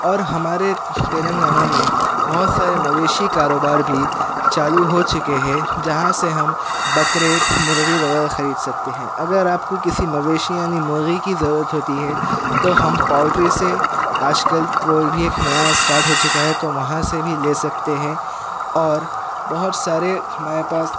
اور ہمارے تلنگانہ میں بہت سارے مویشی کاروبار بھی چالو ہو چکے ہیں جہاں سے ہم بکرے مرغی وغیرہ خرید سکتے ہیں اگر آپ کو کسی مویشی یعنی مرغی کی ضرورت ہوتی ہے تو ہم پوٹری سے آج کل بھی ایک نیا اسٹارٹ ہو چکا ہے تو وہاں سے بھی لے سکتے ہیں اور بہت سارے ہمارے پاس